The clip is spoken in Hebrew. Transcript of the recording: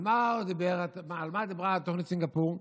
על מה דיברה תוכנית סינגפור?